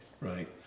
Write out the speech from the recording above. right